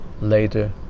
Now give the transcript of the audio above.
Later